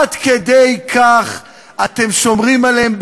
עד כדי כך אתם שומרים עליהם,